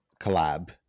collab